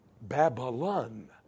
Babylon